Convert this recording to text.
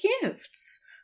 gifts